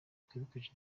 twibuke